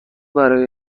برای